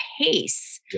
pace